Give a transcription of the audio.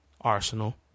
Arsenal